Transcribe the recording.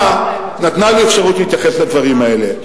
נתנה לי אפשרות להתייחס לדברים האלה.